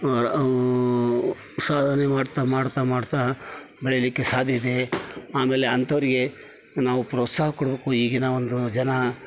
ಸಾಧನೆ ಮಾಡ್ತಾ ಮಾಡ್ತಾ ಮಾಡ್ತಾ ಬೆಳೀಲಿಕ್ಕೆ ಸಾಧ್ಯಯಿದೆ ಆಮೇಲೆ ಅಂಥವ್ರಿಗೆ ನಾವು ಪ್ರೋತ್ಸಾಹ ಕೊಡ್ಬೇಕು ಈಗಿನ ಒಂದು ಜನ